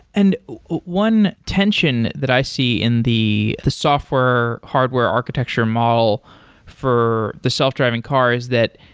and one tension that i see in the the software hardware architecture model for the self driving cars that,